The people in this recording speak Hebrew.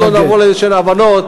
כל עוד לא נבוא לאיזשהן הבנות.